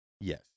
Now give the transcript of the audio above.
Yes